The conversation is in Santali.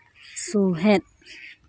ᱥᱩᱦᱮᱫ